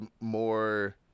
more